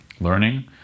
learning